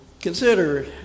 Consider